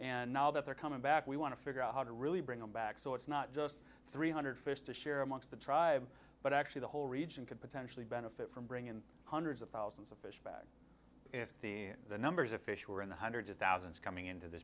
and now that they're coming back we want to figure out how to really bring them back so it's not just three hundred fish to share amongst the tribe but actually the whole region could potentially benefit from bring in hundreds of thousands of fish back if the numbers of fish were in the hundreds of thousands coming into the